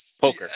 Poker